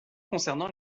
concernant